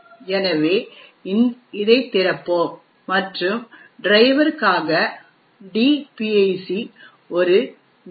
எனவே இதைத் திறப்போம் மற்றும் டிரைவர்க்காக dpic ஒரு ஜி